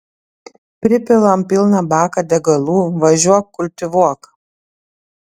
pripilam pilną baką degalų važiuok kultivuok